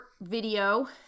video